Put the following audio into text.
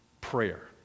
prayer